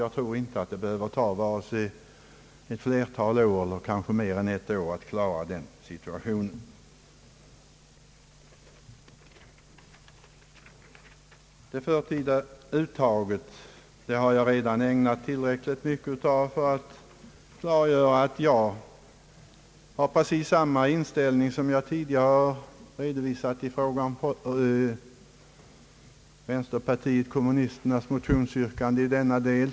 Jag tror inte det behöver ta mer än ett år att klara den utredningen. Det förtida pensionsuttaget har jag redan ägnat tillräckligt mycket tid åt för att klargöra att jag har exakt samma inställning som jag tidigare har redovisat i fråga om vänsterpartiet kommunisternas motionsyrkande i denna del.